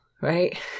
right